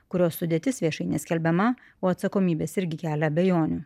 kurios sudėtis viešai neskelbiama o atsakomybės irgi kelia abejonių